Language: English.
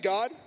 God